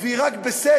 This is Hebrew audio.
והיא רק בסדר,